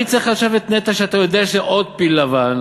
מי צריך עכשיו את נת"ע כשאתה יודע שזה עוד פיל לבן